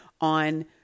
On